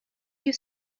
you